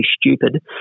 stupid